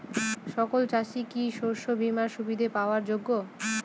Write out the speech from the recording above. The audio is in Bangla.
সকল চাষি কি শস্য বিমার সুবিধা পাওয়ার যোগ্য?